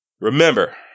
Remember